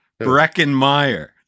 Breckenmeyer